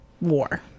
war